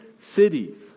cities